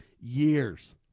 years